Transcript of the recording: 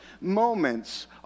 moments